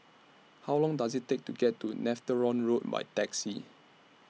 How Long Does IT Take to get to Netheravon Road By Taxi